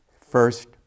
first